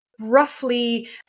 roughly